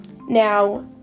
now